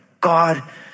God